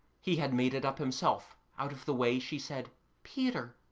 he had made it up himself out of the way she said peter,